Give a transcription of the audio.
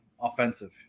offensive